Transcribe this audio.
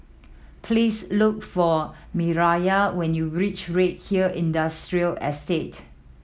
please look for Mireya when you reach Redhill Industrial Estate